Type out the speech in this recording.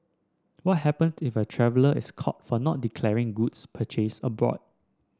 what happen if a traveller is caught for not declaring goods purchased abroad